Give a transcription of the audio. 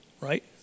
right